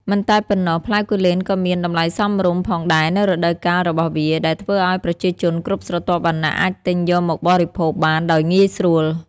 មិនតែប៉ុណ្ណោះ ផ្លែគូលែនក៏មាន តម្លៃសមរម្យ ផងដែរនៅរដូវកាលរបស់វា ដែលធ្វើឲ្យប្រជាជនគ្រប់ស្រទាប់វណ្ណៈអាចទិញយកមកបរិភោគបានដោយងាយស្រួល។